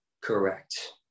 Correct